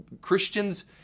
Christians